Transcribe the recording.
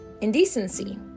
indecency